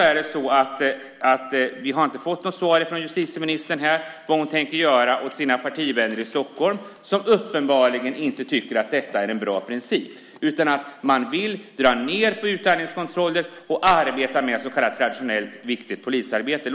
Vi har ännu inte fått något svar från justitieministern på vad hon tänker göra åt sina partivänner i Stockholm som uppenbarligen inte tycker att detta är en bra princip. Man vill dra ned på utandningskontroller och arbeta med så kallat traditionellt viktigt polisarbete.